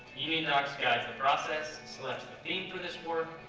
uniondocs guides the process, selects the theme for this work,